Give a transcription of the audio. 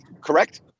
correct